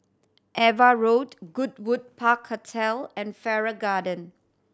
Ava Road Goodwood Park Hotel and Farrer Garden